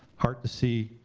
hard to see,